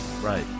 Right